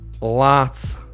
Lots